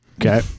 Okay